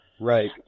Right